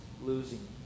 losing